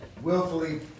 willfully